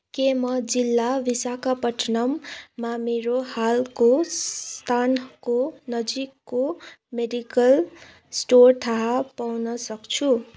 के म जिल्ला विशाखापट्टनममा मेरो हालको स्थानको नजिकको मेडिकल स्टोर थाहा पाउन सक्छु